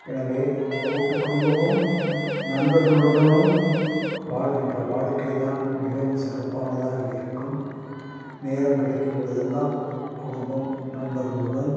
எனவே கூட்டு குடும்பமும் நண்பர்களுடனும் வாழ்கின்ற வாழ்க்கை தான் மிகவும் சிறப்பானதாக இருக்கும் நேரம் கிடைக்கும் பொழுதெல்லாம் குடும்பம் நண்பர்களுடன்